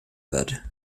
wird